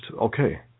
okay